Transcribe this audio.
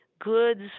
goods